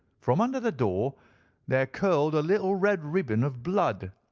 from under the door there curled a little red ribbon of blood,